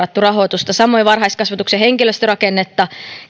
rahoitusta samoin varhaiskasvatuksen henkilöstörakennetta